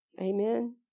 Amen